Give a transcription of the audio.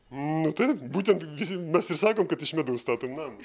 nu taip būtent visi mes ir sakom kad iš medaus statom namą